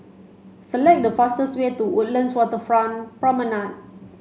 select the fastest way to Woodlands Waterfront Promenade